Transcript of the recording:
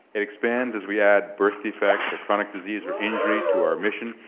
it expands as we add birth defects or chronic disease or injury to our mission.